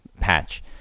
patch